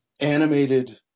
animated